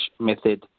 method